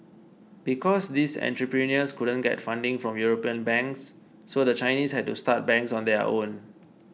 because these entrepreneurs couldn't get funding from European banks so the Chinese had to start banks on their own